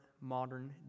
modern